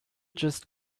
just